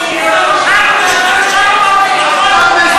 חברי הכנסת, מכיוון,